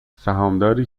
سهامداری